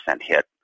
hit